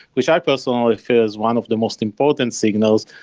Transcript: which i personally feel is one of the most important signals,